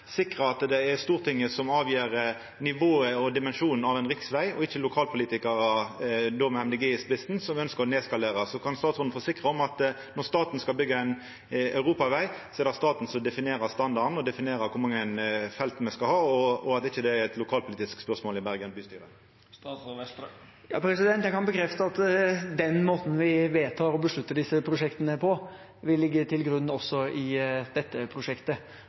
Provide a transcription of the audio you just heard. at det er Stortinget som avgjer nivået og dimensjonen til ein riksveg, ikkje lokalpolitikarar, og då med Miljøpartiet Dei Grøne i spissen, som ønskjer å skalera ned. Kan statsråden forsikra om at når staten skal byggja ein europaveg, er det staten som definerer standarden og definerer kor mange felt me skal ha, og at det ikkje er eit lokalpolitisk spørsmål i Bergen bystyre. Jeg kan bekrefte at den måten vi vedtar og beslutter disse prosjektene på, vil ligge til grunn også i dette prosjektet,